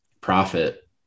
profit